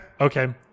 Okay